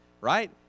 right